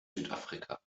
südafrika